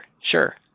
sure